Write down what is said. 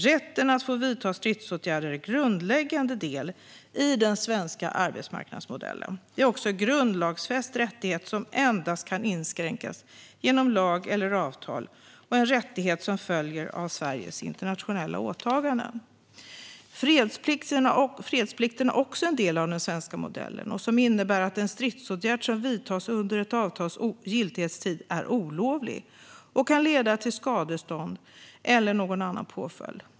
Rätten att vidta stridsåtgärder är en grundläggande del i den svenska arbetsmarknadsmodellen. Det är också en grundlagsfäst rättighet som endast kan inskränkas genom lag eller avtal och en rättighet som följer av Sveriges internationella åtaganden. Fredsplikten är också en del av den svenska modellen och innebär att en stridsåtgärd som vidtas under ett avtals giltighetstid är olovlig och kan leda till skadestånd eller någon annan påföljd.